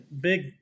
big